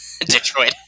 Detroit